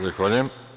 Zahvaljujem.